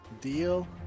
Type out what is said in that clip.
Deal